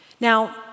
Now